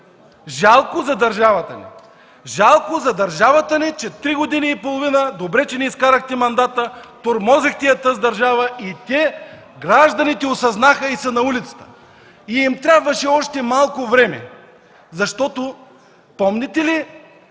Жалко за държавата ни, че три години и половина – добре, че не изкарахте мандата – тормозихте тази държава и гражданите го осъзнаха и са на улицата. Трябваше им още малко време. Помните ли,